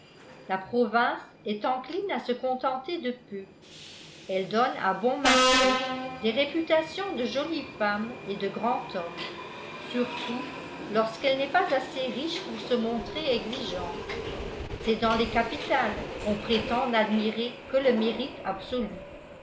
la province est encline à se contenter de peu elle donne à bon marché les réputations de jolie femme et de grand homme surtout lorsqu'elle n'est pas assez riche pour se montrer exigeante c'est dans les capitales qu'on prétend n'admirer que le mérite absolu